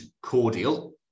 cordial